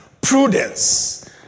prudence